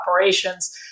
operations